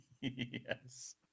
Yes